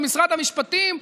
במשרד המשפטים,